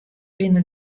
binne